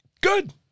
good